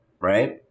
right